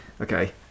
Okay